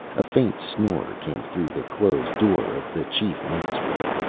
a faint snore came through the closed door of the chief mate's room.